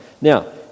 Now